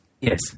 Yes